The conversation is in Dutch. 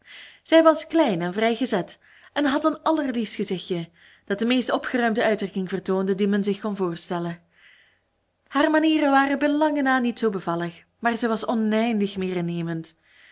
zij was klein en vrij gezet en had een allerliefst gezichtje dat de meest opgeruimde uitdrukking vertoonde die men zich kon voorstellen haar manieren waren bij lange na niet zoo bevallig maar zij was oneindig meer innemend